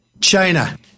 China